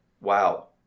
wow